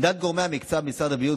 עמדת גורמי המקצוע במשרד הבריאות,